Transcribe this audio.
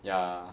ya